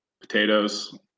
potatoes